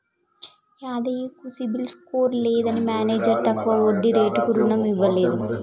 యాదయ్య కు CIBIL score లేదని manager తక్కువ వడ్డీ రేటుకు రుణం ఇవ్వలేదు